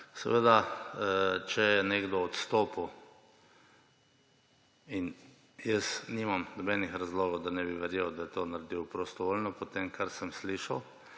podjetja. Če je nekdo odstopil, in jaz nimam nobenih razlogov, da ne bi verjel, da je to naredil prostovoljno, po tem, kar sem slišal,